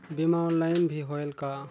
बीमा ऑनलाइन भी होयल का?